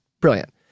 Brilliant